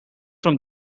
from